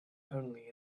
only